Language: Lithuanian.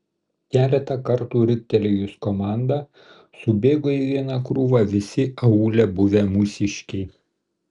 keletą kartų riktelėjus komandą subėgo į vieną krūvą visi aūle buvę mūsiškiai